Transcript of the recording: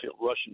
Russian